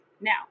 Now